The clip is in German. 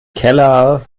keller